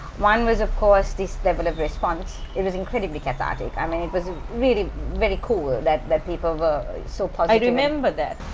one was of course this level of response. it was incredibly cathartic, i mean it was really very cool that that people were so polite. i remember that.